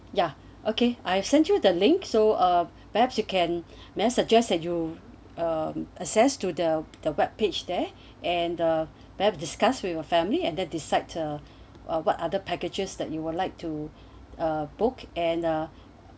ya okay I send you the link so uh perhaps you can may I suggest that you access to the the web page there and the perhaps discuss with your family and the decide what other packages that you would like to a book and uh